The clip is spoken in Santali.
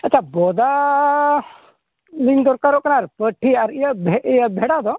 ᱟᱪᱪᱷᱟ ᱵᱚᱫᱟ ᱞᱤᱧ ᱫᱚᱨᱠᱟᱨᱚᱜ ᱠᱟᱱᱟ ᱟᱨ ᱯᱟᱹᱴᱷᱤ ᱟᱨ ᱤᱭᱟᱹ ᱵᱷᱮᱲᱟ ᱫᱚ